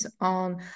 on